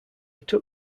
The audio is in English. took